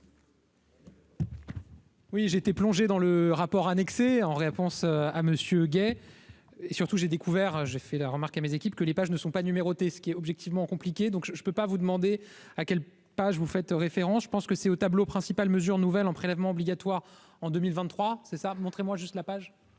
Oui, j'ai été plongé dans le rapport annexé en réponse à monsieur, et surtout, j'ai découvert, j'ai fait la remarque à mes équipes que les pages ne sont pas numérotés, ce qui est objectivement compliqué, donc je je ne peux pas vous demander à quelle page, vous faites référence, je pense que c'est au tableau principal mesure nouvelle en prélèvement obligatoire en 2023, c'est ça : montrez-moi juste la page.